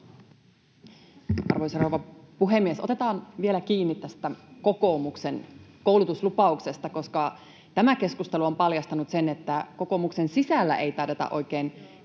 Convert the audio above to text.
Arvoisa rouva puhemies! Otetaan vielä kiinni tästä kokoomuksen koulutuslupauksesta, koska tämä keskustelu on paljastanut sen, että kokoomuksen sisällä ei taideta oikein